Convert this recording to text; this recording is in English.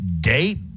date